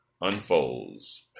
unfolds